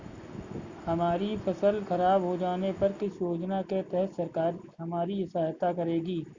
हमारी फसल खराब हो जाने पर किस योजना के तहत सरकार हमारी सहायता करेगी?